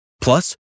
Plus